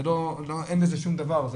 אין בזה שום דבר,